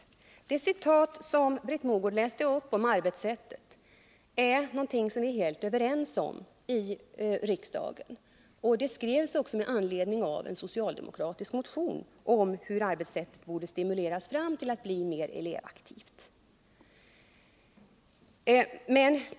Vad som sägs i det citat som Britt Mogård läste upp om arbetssättet är vi helt överens om i riksdagen. Det skrevs också med anledning av en socialdemokratisk motion om hur arbetssättet borde stimuleras fram till att bli mer elevaktivt.